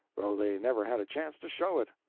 though they never had a chance to show it.